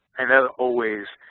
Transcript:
and i always